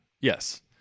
Yes